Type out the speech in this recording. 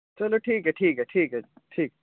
चलो ठीक ऐ ठीक ऐ ठीक ऐ ठीक ऐ